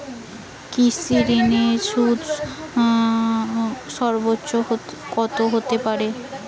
কৃষিঋণের সুদ সর্বোচ্চ কত হতে পারে?